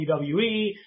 WWE –